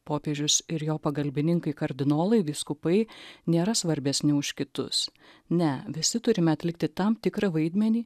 popiežius ir jo pagalbininkai kardinolai vyskupai nėra svarbesni už kitus ne visi turime atlikti tam tikrą vaidmenį